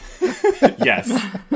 Yes